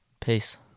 Peace